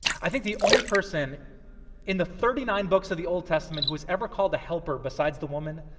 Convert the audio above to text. i think the only person in the thirty nine books of the old testament who was ever called a helper besides the woman